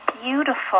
Beautiful